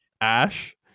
ash